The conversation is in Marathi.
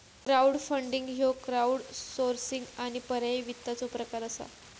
क्राउडफंडिंग ह्यो क्राउडसोर्सिंग आणि पर्यायी वित्ताचो प्रकार असा